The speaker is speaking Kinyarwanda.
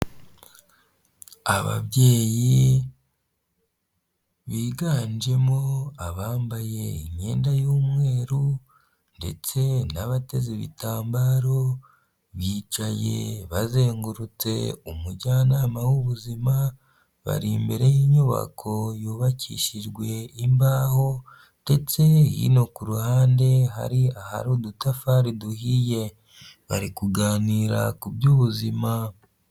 Ababyeyi biganjemo abambaye imyenda y'umweru ndetse n'abateze ibitambaro, bicaye bazengurutse umujyanama w'ubuzima, bari imbere y'inyubako yubakishijwe imbaho ndetse hino ku ruhande hari ahari udutafari duhiye. Bari kuganira ku by'ubuzima.